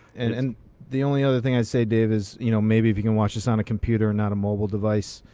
and and the only other thing i'd say, dave, is you know maybe if you can watch this on a computer and not a mobile device,